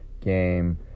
game